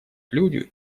люди